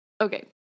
Okay